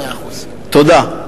תודה.